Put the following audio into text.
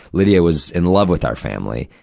lydia was in love with our family.